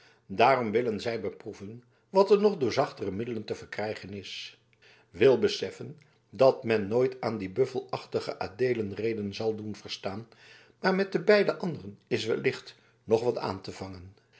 daarom willen zij beproeven wat er nog door zachtere middelen te verkrijgen is wil beseffen dat men nooit aan dien buffelachtigen adeelen reden zal doen verstaan maar met de beide anderen is wellicht nog wat aan te vangen